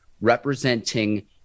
representing